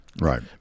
Right